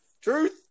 truth